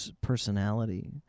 Personality